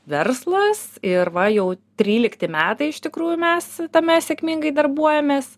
verslas ir va jau trylikti metai iš tikrųjų mes tame sėkmingai darbuojamės